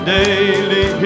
daily